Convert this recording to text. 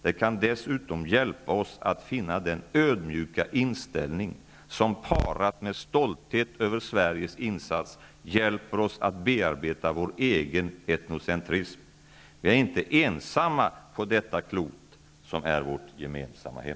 Det kan dessutom hjälpa oss att finna den ödmjuka inställning som, parat med stolthet över Sveriges insats, hjälper oss att bearbeta vår egen etnocentrism. Vi är inte ensamma på detta klot som är vårt gemensamma hem!